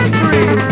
free